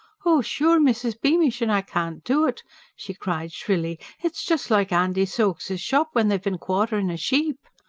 oh, sure, mrs. beamish, and i can't do't! she cried shrilly. it's jus' like andy soakes's shop. when they've bin quarterin' a sheep.